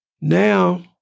Now